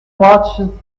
watches